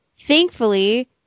thankfully